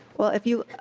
well if you